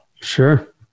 Sure